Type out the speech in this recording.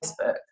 Facebook